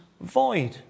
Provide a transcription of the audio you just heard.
void